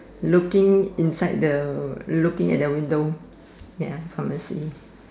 looking inside the looking at the window ya pharmacy